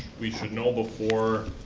we should know before